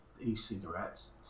e-cigarettes